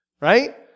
right